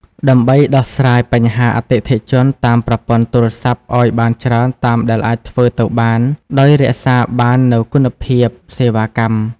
ដើម្បីដោះស្រាយបញ្ហាអតិថិជនតាមប្រព័ន្ធទូរស័ព្ទឱ្យបានច្រើនតាមដែលអាចធ្វើទៅបាន ដោយរក្សាបាននូវគុណភាពសេវាកម្ម។